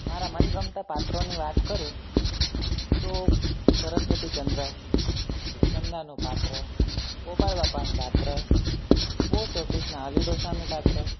મારા મનગમતા પાત્રોની વાત કરું તો સરસ્વતી ચંદ્ર ચંદાનું પાત્ર ગોપાલ બાપાનું પાત્ર પોસ્ટ ઓફિસના અલી ડોસાનું પાત્ર